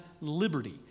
liberty